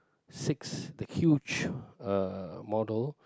six the huge uh model